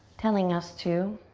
telling us to.